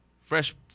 Fresh